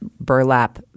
burlap